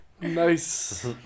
nice